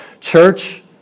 church